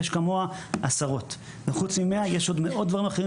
יש כמוה עשרות וחוץ ממנה יש עוד מאות דברים אחרים